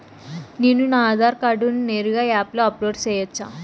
నేను నా ఆధార్ కార్డును నేరుగా యాప్ లో అప్లోడ్ సేయొచ్చా?